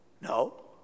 No